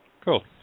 Cool